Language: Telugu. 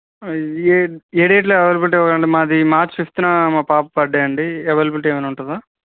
ఏ ఏ రేట్లో అవైలబిలిటీ ఉంది అండి మాది మార్చ్ ఫిఫ్త్ మా పాప బర్త్డే అండి అవైలబిలిటీ ఏమన్న ఉంటుందా